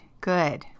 Good